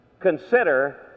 Consider